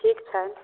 ठीक छनि